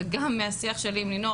וגם מהשיח שלי עם לינור,